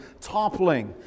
toppling